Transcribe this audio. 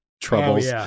troubles